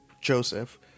joseph